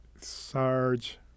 Sarge